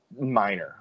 Minor